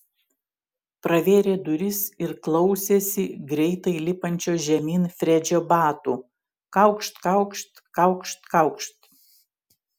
pravėrė duris ir klausėsi greitai lipančio žemyn fredžio batų kaukšt kaukšt kaukšt kaukšt